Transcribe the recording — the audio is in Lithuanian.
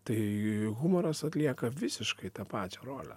tai humoras atlieka visiškai tą pačią rolę